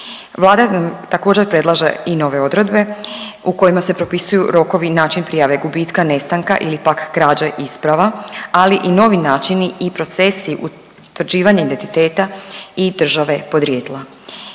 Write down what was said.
Vlada nam također predlaže i nove odredbe u kojima se propisuju rokovi i način prijave gubitka, nestanka ili pak krađe isprava, ali i novi načini i procesi utvrđivanja identiteta i države podrijetla.